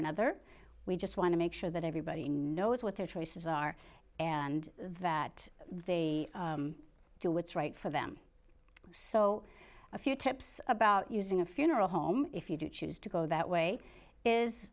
another we just want to make sure that everybody knows what their choices are and that they do what's right for them so a few tips about using a funeral home if you do choose to go that way is